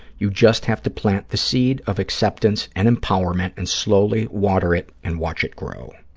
you just have to plant the seed of acceptance and empowerment and slowly water it and watch it grow.